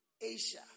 Asia